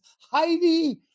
Heidi